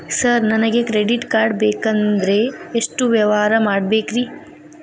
Sir ನನಗೆ credit card ಬೇಕಂದ್ರೆ ಎಷ್ಟು ವ್ಯವಹಾರ ಮಾಡಬೇಕ್ರಿ?